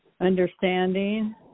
understanding